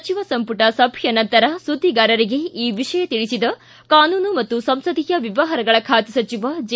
ಸಚಿವ ಸಂಪುಟ ಸಭೆಯ ನಂತರ ಸುದ್ದಿಗಾರರಿಗೆ ಈ ವಿಷಯ ತಿಳಿಸಿದ ಕಾನೂನು ಮತ್ತು ಸಂಸದೀಯ ವ್ಯವಹಾರಗಳ ಖಾತೆ ಸಚಿವ ಜೆ